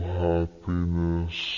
happiness